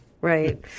Right